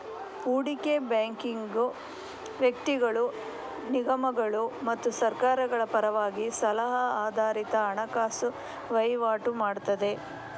ಹೂಡಿಕೆ ಬ್ಯಾಂಕಿಂಗು ವ್ಯಕ್ತಿಗಳು, ನಿಗಮಗಳು ಮತ್ತು ಸರ್ಕಾರಗಳ ಪರವಾಗಿ ಸಲಹಾ ಆಧಾರಿತ ಹಣಕಾಸು ವೈವಾಟು ಮಾಡ್ತದೆ